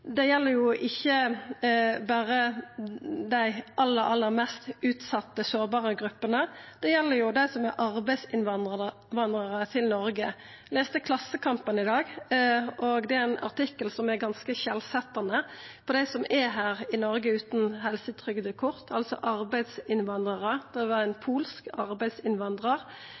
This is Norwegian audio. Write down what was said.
sårbare gruppene. Det gjeld òg dei som er arbeidsinnvandrarar til Noreg. Eg las i Klassekampen i dag ein artikkel som er ganske skilsetjande, om dei som er her i Noreg utan helsetrygdekort, altså arbeidsinnvandrarar. Dette var om ein polsk arbeidsinnvandrar